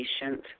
patient